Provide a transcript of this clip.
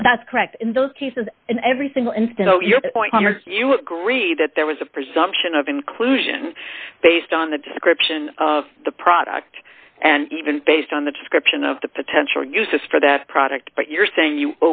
that's correct in those cases in every single instance point greedy that there was a presumption of inclusion based on the description of the product and even based on the description of the potential uses for that product but you're saying you